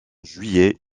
juillet